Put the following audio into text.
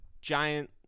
giant